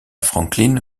franklin